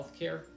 healthcare